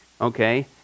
Okay